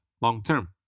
long-term